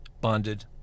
bonded